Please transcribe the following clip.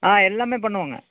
ஆ எல்லாமே பண்ணுவோங்க